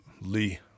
Lee